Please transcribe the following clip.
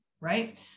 right